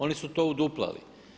Oni su to uduplali.